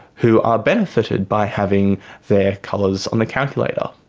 who are benefited by having their colours on a calculator.